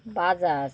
Bajaj